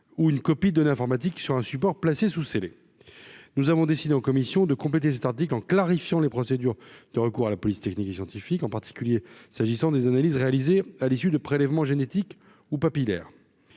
ou une copie de l'informatique sur un support placés sous scellés, nous avons décidé en commission de compléter tandis en clarifiant les procédures de recours à la police technique et scientifique, en particulier s'agissant des analyses réalisées à l'issue de prélèvements génétiques ou papi air